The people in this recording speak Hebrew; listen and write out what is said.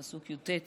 פסוק י"ט כתוב: